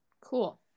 cool